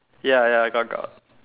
ya ya got got